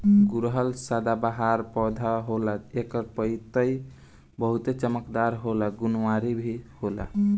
गुड़हल सदाबाहर पौधा होला एकर पतइ बहुते चमकदार होला आ गुणकारी भी होखेला